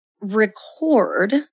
record